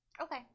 Okay